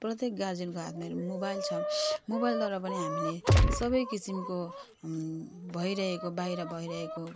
प्रत्येक गार्जेनको हातमा हेरौँ मोबाइल छ मोबाइलद्वारा पनि हामीले सबै किसिमको भइरहेको बाहिर भइरहेको